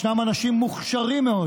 ישנם אנשים מוכשרים מאוד.